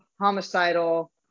homicidal